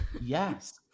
Yes